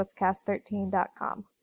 swiftcast13.com